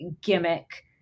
gimmick